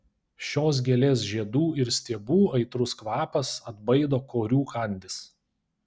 šios gėlės žiedų ir stiebų aitrus kvapas atbaido korių kandis